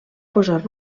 posar